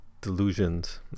delusions